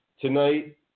Tonight